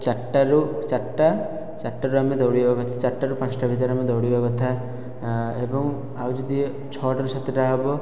ଚାରିଟାରୁ ଚାରିଟା ଚାରିଟାରୁ ଆମେ ଦୌଡ଼ିବା ଚାରିଟାରୁ ପାଞ୍ଚଟା ଭିତରେ ଆମେ ଦୌଡ଼ିବା କଥା ଏବଂ ଆଉ ଯଦି ଛ'ଟାରୁ ସାତଟା ହେବ